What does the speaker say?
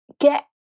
get